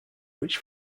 which